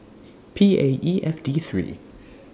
P A E F D three